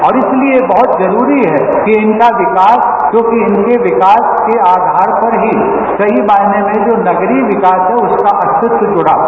और इसलिए बहुत जरूरी है कि इनका विकास क्योंकि इनके विंकास के आवार पर ही सही मायने में जो नगरीय विकास है उसका अस्तित्व जुड़ा है